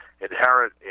inherent